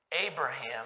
Abraham